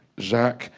jacques,